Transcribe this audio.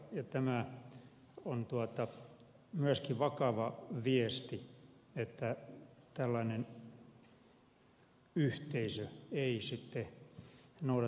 tämä on myöskin vakava viesti että tällainen yhteisö ei sitten noudata sääntöjään